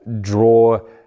draw